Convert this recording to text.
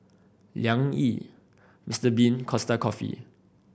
Liang Yi Mister Bean Costa Coffee